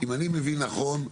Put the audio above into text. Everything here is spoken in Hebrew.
אם אני מבין נכון,